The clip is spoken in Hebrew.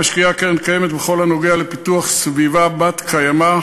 קרן קיימת משקיעה בכל הנוגע לפיתוח סביבה בת-קיימא,